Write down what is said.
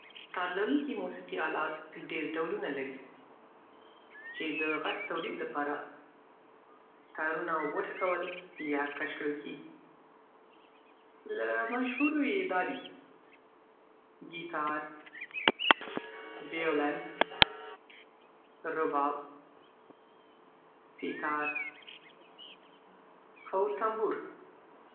تار لرونکي موسیقي آلات ډېر ډولونه لري، چې د غږ تولید لپاره تارونه وټکول یا کش کړل کېږي. له مشهورو یې دا دي: ګیټار ويولن رباب سېتار تنبور.